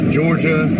Georgia